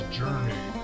journey